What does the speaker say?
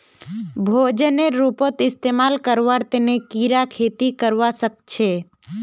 भोजनेर रूपत इस्तमाल करवार तने कीरा खेती करवा सख छे